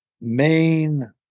main